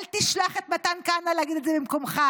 אל תשלח את מתן כהנא להגיד את זה במקומך,